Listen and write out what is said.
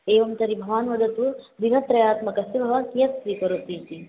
एवं तर्हि भवान् वदतु दिनत्रयात्मकस्य भवान् कियत्स्वीकरोतीति